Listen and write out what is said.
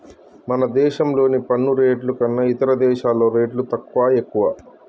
మన దేశంలోని పన్ను రేట్లు కన్నా ఇతర దేశాల్లో రేట్లు తక్కువా, ఎక్కువా